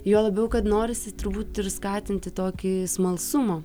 juo labiau kad norisi turbūt ir skatinti tokį smalsumą